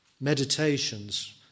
meditations